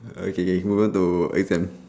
okay K who want to exam